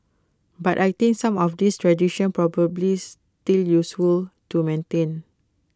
but I think some of these traditions probably still useful to maintain